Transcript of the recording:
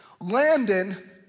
Landon